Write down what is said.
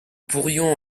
pourrions